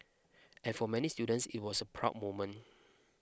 and for many students it was a proud moment